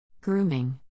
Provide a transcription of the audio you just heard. Grooming